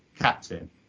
captain